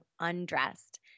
Undressed